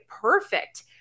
perfect